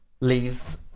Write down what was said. leaves